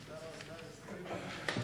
תודה, גברתי.